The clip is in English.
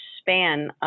span